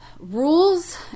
Rules